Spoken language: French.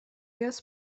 gaz